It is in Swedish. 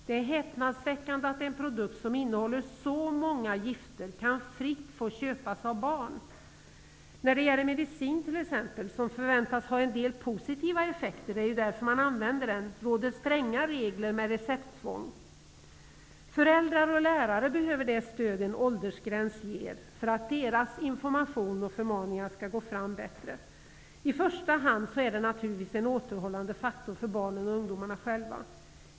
Det är häpnadsväckande att en produkt som innehåller så många gifter kan fritt köpas av barn. När det gäller medicin, som förväntas ha en del positiva effekter för det är därför man använder den, råder stränga regler med recepttvång. Föräldrar och lärare behöver det stöd en åldersgräns ger för att deras information och förmaningar skall gå fram bättre. I första hand är det naturligtvis en återhållande faktor för barnen och ungdomarna själva.